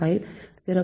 5